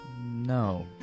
No